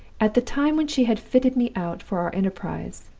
at the time when she had fitted me out for our enterprise,